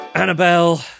Annabelle